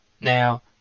Now